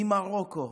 ממרוקו,